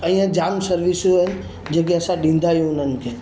ऐं ईअं जामु सर्विसूं आहिनि जेके असां ॾींदा आहियूं उन्हनि खे